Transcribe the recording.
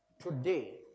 today